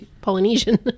Polynesian